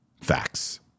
Facts